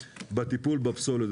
בפסולת.